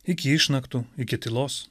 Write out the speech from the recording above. iki išnaktų iki tylos